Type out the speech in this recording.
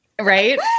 right